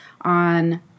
on